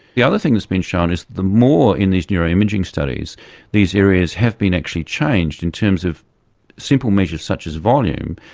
the other thing that's been shown is the more in this neuroimaging studies these areas have been actually changed in terms of simple measures such as volume,